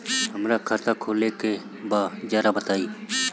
हमरा खाता खोले के बा जरा बताई